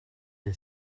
the